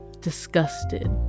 Disgusted